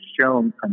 shown